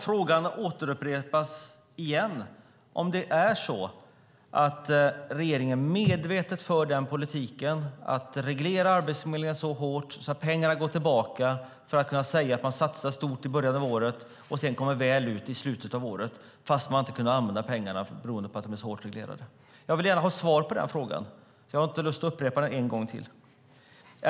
Frågan återupprepas igen: För regeringen medvetet en politik som reglerar Arbetsförmedlingen så hårt att pengarna går tillbaka för att man ska kunna säga att man satsar stort i början av året och sedan komma väl ut i slutet av året, fast pengarna inte har kunnat användas beroende på att de är så hårt reglerade? Jag vill gärna ha svar på den frågan. Jag har inte lust att upprepa den en gång till.